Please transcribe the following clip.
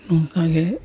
ᱱᱚᱝᱠᱟᱜᱮ